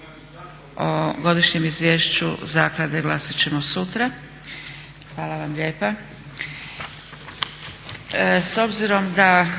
O godišnjem izvješću zaklade glasat ćemo sutra. Hvala vam lijepa.